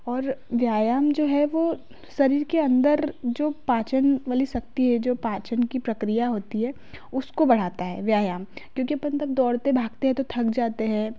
और व्यायाम जो है वो शरीर के अंदर जो पाचन वाली शक्ति है जो पाचन की प्रकिया होती है उसको बढ़ाता है व्यायाम क्योंकि अपन तब दौड़ते भागते हैं तो थक जाते हैं